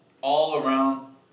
all-around